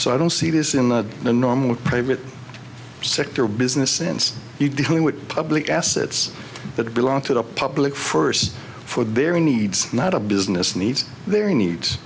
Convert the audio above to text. so i don't see this in the normal private sector business sense you dealing with public assets that belong to the public first for their own needs not a business needs their needs